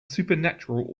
supernatural